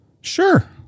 Sure